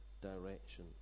direction